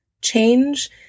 change